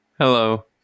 Hello